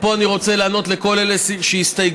ופה אני רוצה לענות לכל אלה שהסתייגו,